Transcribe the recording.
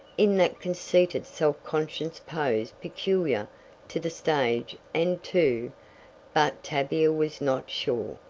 in that conceited self-conscious pose peculiar to the stage and to but tavia was not sure.